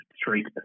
street